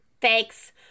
Thanks